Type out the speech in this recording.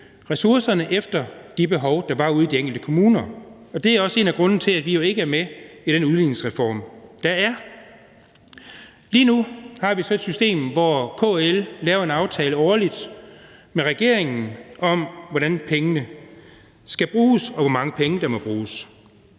ressourcerne efter de behov, der var ude i de enkelte kommuner. Og det er også en af grundene til, at vi jo ikke er med i den udligningsreform, der er. Lige nu har vi så et system, hvor KL laver en aftale årligt med regeringen om, hvordan pengene skal bruges, og hvor mange penge der må bruges,